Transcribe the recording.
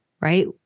right